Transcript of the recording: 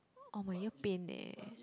oh my ear pain eh